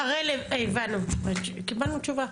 הראל, קיבלנו תשובה.